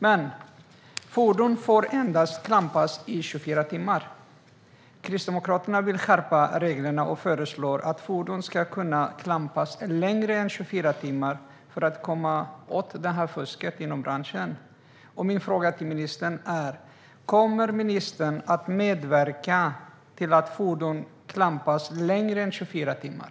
Men fordon får endast klampas i 24 timmar. Kristdemokraterna vill skärpa reglerna och föreslår att fordon ska kunna klampas längre än 24 timmar för att man ska komma åt fusket inom branschen. Min fråga till ministern är: Kommer ministern att medverka till att fordon får klampas längre än 24 timmar?